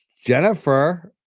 Jennifer